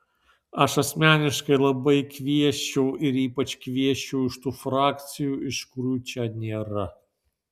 aš asmeniškai labai kviesčiau ir ypač kviesčiau iš tų frakcijų iš kurių čia nėra